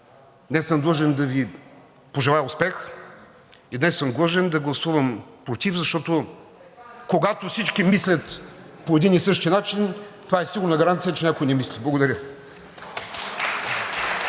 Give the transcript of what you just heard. Днес съм длъжен да Ви пожелая успех. И днес съм длъжен да гласувам против, защото, когато всички мислят по един и същи начин, това е сигурна гаранция, че някой не мисли. Благодаря.